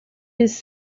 his